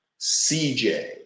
CJ